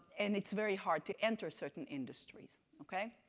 and it's very hard to enter certain industries, okay?